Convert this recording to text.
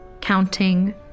counting